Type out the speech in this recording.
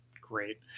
great